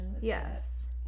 Yes